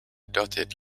dotted